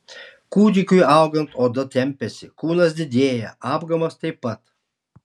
kūdikiui augant oda tempiasi kūnas didėja apgamas taip pat